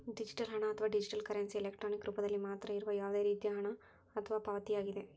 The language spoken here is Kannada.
ಡಿಜಿಟಲ್ ಹಣ, ಅಥವಾ ಡಿಜಿಟಲ್ ಕರೆನ್ಸಿ, ಎಲೆಕ್ಟ್ರಾನಿಕ್ ರೂಪದಲ್ಲಿ ಮಾತ್ರ ಇರುವ ಯಾವುದೇ ರೇತಿಯ ಹಣ ಅಥವಾ ಪಾವತಿಯಾಗಿದೆ